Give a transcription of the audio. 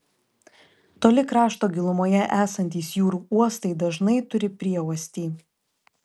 toli krašto gilumoje esantys jūrų uostai dažnai turi prieuostį